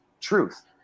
truth